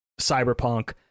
cyberpunk